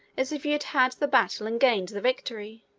as if you had had the battle and gained the victory.